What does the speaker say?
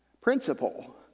principle